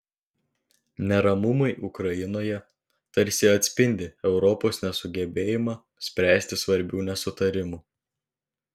neramumai ukrainoje tarsi atspindi europos nesugebėjimą spręsti svarbių nesutarimų